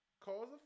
Cause